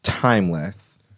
Timeless